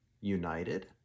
united